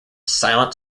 silent